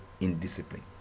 indiscipline